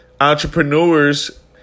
entrepreneurs